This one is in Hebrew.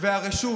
והרשות